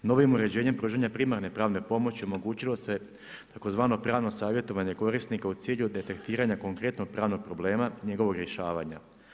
Novim uređenjem pružanja primarne pravne pomoći omogućilo se tzv. pravno savjetovanje korisnika u cilju detektiranja konkretnog pravnog problema njegovog rješavanja.